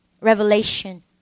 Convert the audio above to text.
revelation